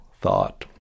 thought